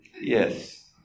Yes